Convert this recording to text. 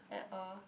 at a